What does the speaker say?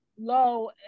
low